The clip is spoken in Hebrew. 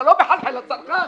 זה לא מחלחל לצרכן.